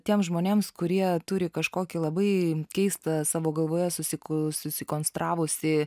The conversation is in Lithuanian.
tiems žmonėms kurie turi kažkokį labai keistą savo galvoje susiku susikonstravusį